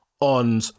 on